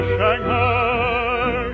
Shanghai